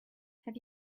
have